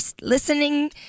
listening